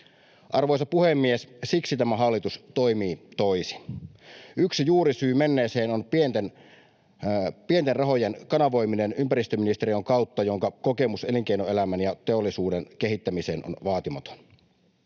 Arvoisa puhemies! Siksi tämä hallitus toimii toisin. Yksi juurisyy menneeseen on pienten rahojen kanavoiminen ympäristöministeriön kautta, jonka kokemus elinkeinoelämän ja teollisuuden kehittämiseen on vaatimaton.